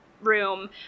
room